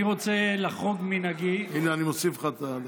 רוצה לחרוג ממנהגי, הינה, אני מוסיף לך את הדקה.